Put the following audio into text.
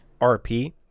RP